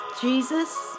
Jesus